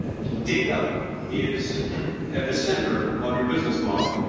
data is at the center of your business model,